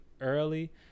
early